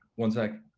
one section.